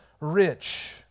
rich